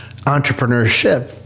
entrepreneurship